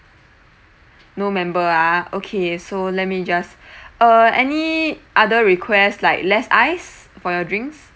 no member ah okay so let me just uh any other requests like less ice for your drinks